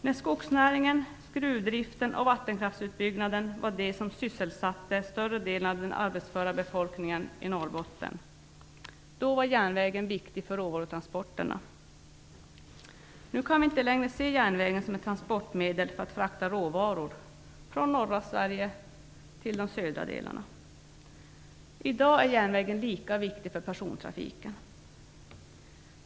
När skogsnäringen, gruvdriften och vattenkraftsutbyggnaden var det som sysselsatte större delen av den arbetsföra befolkningen i Norrbotten var järnvägen viktig för råvarutransporterna. Nu kan vi inte längre se järnvägen som ett transportmedel för frakt av råvaror från norra Sverige till de södra delarna. I dag är järnvägen lika viktig för persontrafiken.